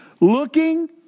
Looking